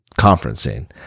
conferencing